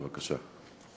בבקשה.